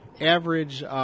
average